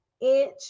inch